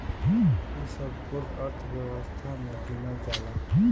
ई सब कुल अर्थव्यवस्था मे गिनल जाला